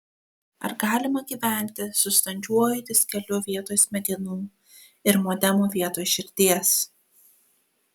ar galima gyventi su standžiuoju diskeliu vietoj smegenų ir modemu vietoj širdies